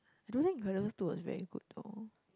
I don't think Incredibles two was very good though